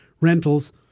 rentals